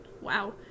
wow